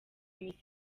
miss